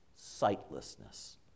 sightlessness